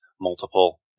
multiple